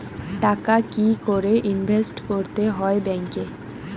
টাকা কি করে ইনভেস্ট করতে হয় ব্যাংক এ?